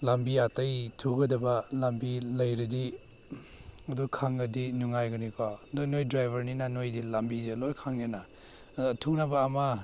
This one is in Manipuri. ꯂꯝꯕꯤ ꯑꯇꯩ ꯊꯨꯒꯗꯕ ꯂꯝꯕꯤ ꯂꯩꯔꯗꯤ ꯑꯗꯨ ꯈꯪꯉꯗꯤ ꯅꯨꯡꯉꯥꯏꯒꯅꯤꯀꯣ ꯑꯗꯨ ꯅꯣꯏ ꯗ꯭ꯔꯥꯏꯕꯔꯅꯤꯅ ꯅꯣꯏꯗꯤ ꯂꯝꯕꯤꯁꯦ ꯂꯣꯏꯅ ꯈꯪꯉꯦꯅ ꯑꯗꯣ ꯊꯨꯅꯕ ꯑꯃ